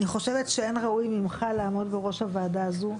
אני חושבת שאין ראוי ממך לעמוד בראש הוועדה הזאת.